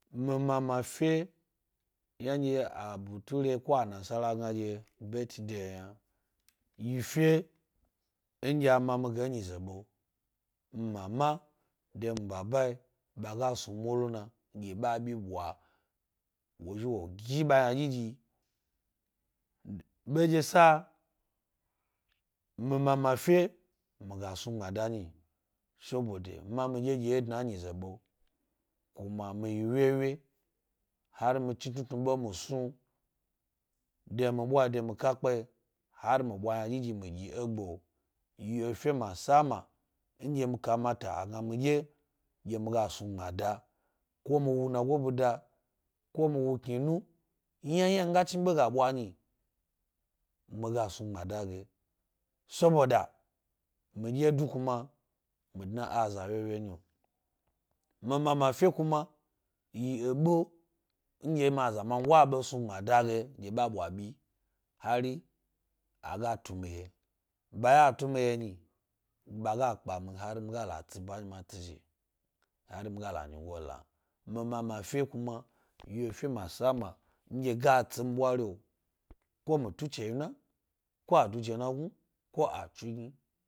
Mi mama fe yna abature kko anaɓala gna ɗye birth day yna. Yi fe nɗye a ma mi ge ennyize ɓe, nmama de nbaba yi ɓa ga snu nurna ɗye ɓa ɗye sa mi manaa fe miga snu gbinada nyi, soɓode ma miɗdye-ɗye wye dna enyize ɓe kuma mi yi wyewye, hari mi xhni tnutnu ɓe mi snu de mi ɓwayi de mi kakpayi har mi ɓwa ynaɗyiɗyi mi ɗyi e gbe’o. yi efe masama nɗye kamata a gna miɗye ɗye mi ga snu gbmada, ko mi wu nago bida, ko mi wu kninu, ynna yna mi ga chni ɓe ga ɓwa nyi, mi ga snu gbmada ge soboda miɗdye du kuma mi dna e aza wye wye nhio. Mi mama fe kuma yi eɓe nɗde ma zaman go be snu gbmada ge dye ba bwa bi hari a gatu mmi ye. ɓa ɗye a tu mi ye nyi, hari ba ga kpami hari mi ga la tsi ba matsi zhi, hari mi ga la nyi go. Mi mama fe kuma yi efe masama ɗdye ga tsi mi ɓwari. o. ko mi tu chewyi na, ko a du jenagnu, ko a tsugni.